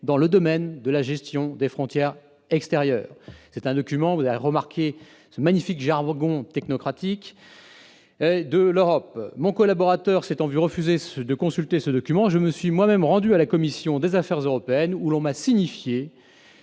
dans le domaine de la gestion des frontières extérieures ». Ce document- vous aurez remarqué le magnifique jargon technocratique qui le caractérise -émane de l'Europe. Mon collaborateur s'étant vu refuser la consultation de ce document, je me suis moi-même rendu à la commission des affaires européennes, où l'on m'a signifié